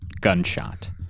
gunshot